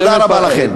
תודה רבה לכם.